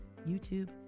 YouTube